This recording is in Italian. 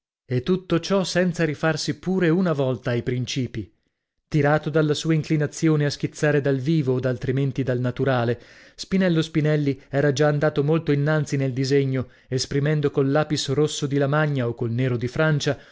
e tutto ciò senza rifarsi pure una volta ai principii tirato dalla sua inclinazione a schizzare dal vivo od altrimenti dal naturale spinello spinelli era già andato molto innanzi nel disegno esprimendo col lapis rosso di lamagna o col nero di francia